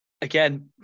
again